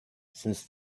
since